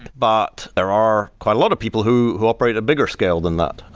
but there are quite a lot of people who who operate a bigger scale than that.